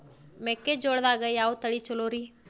ಮೆಕ್ಕಿಜೋಳದಾಗ ಯಾವ ತಳಿ ಛಲೋರಿ?